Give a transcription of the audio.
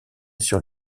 sur